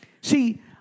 See